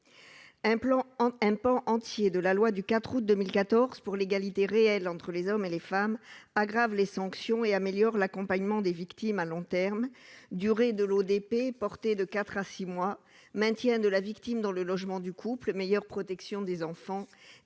Un pan entier de la loi du 4 août 2014 pour l'égalité réelle entre les femmes et les hommes aggrave les sanctions et améliore l'accompagnement des victimes à long terme : durée de l'ODP portée de quatre à six mois, maintien de la victime dans le logement du couple, meilleure protection des enfants,